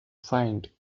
find